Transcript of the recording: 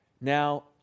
Now